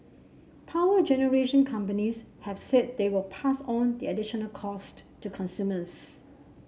power generation companies have said they will pass on the additional costs to consumers